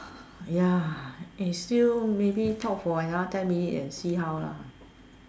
ya it's still maybe talk for another ten minutes and see how lah